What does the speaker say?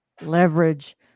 Leverage